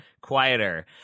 quieter